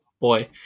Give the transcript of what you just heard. boy